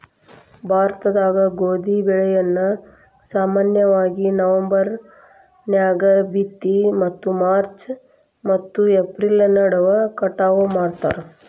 ಭಾರತದಾಗ ಗೋಧಿ ಬೆಳೆಯನ್ನ ಸಾಮಾನ್ಯವಾಗಿ ನವೆಂಬರ್ ನ್ಯಾಗ ಬಿತ್ತಿ ಮತ್ತು ಮಾರ್ಚ್ ಮತ್ತು ಏಪ್ರಿಲ್ ನಡುವ ಕಟಾವ ಮಾಡ್ತಾರ